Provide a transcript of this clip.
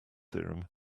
theorem